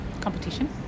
competition